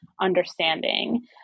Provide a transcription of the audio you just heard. understanding